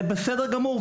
והכל בסדר גמור.